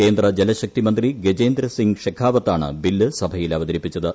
കേന്ദ്ര ജലശക്തി മന്ത്രി ഗജേന്ദ്രസിങ് ഷെക്കാവത്താണ് ബില്ല് സഭയിൽ അവതരിപ്പിച്ചത്